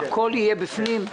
הכל יהיה בפנים?